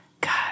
God